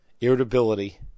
irritability